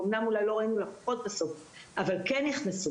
ואמנם אולי לא ראינו לקוחות בסוף אבל כן נכנסו,